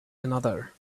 another